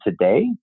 today